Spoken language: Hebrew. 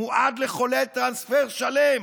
מועד לחולל טרנספר שלם,